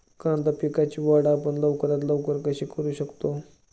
कांदा पिकाची वाढ आपण लवकरात लवकर कशी करू शकतो?